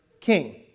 king